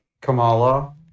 Kamala